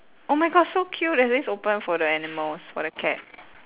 oh my god so cute it says open for the animals for the cat